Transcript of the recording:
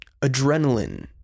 Adrenaline